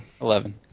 eleven